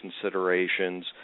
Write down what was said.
considerations